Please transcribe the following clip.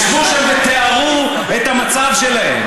הם ישבו שם ותיארו את המצב שלהם,